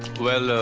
well. ah